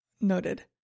Noted